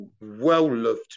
well-loved